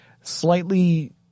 slightly